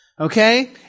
Okay